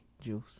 Juice